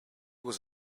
was